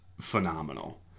phenomenal